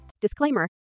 Disclaimer